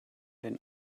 den